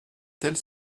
telle